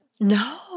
No